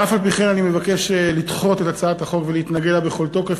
ואף-על-פי-כן אני מבקש לדחות את הצעת החוק ולהתנגד לה בכל תוקף,